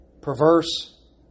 perverse